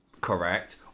correct